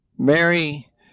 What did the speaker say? Mary